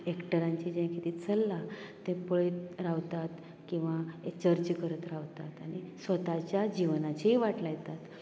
एक्टरांचें जें कितें चल्ला तें पळयत रावतात किंवां एक चर्चा करत रावतात आनी स्वताच्या जिवनाचीय वाट लायतात